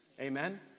amen